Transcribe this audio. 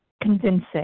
convincing